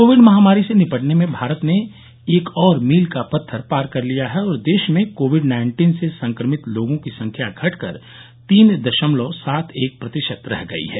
Covid महामारी से निपटने में भारत ने एक और मील का पत्थर पार कर लिया है और देश में कोविड नाइन्टीन से संक्रमित लोगों की संख्या घटकर तीन दशमलव सात एक प्रतिशत रह गई है